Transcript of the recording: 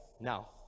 Now